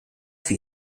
für